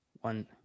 one